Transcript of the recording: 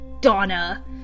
Donna